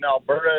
Alberta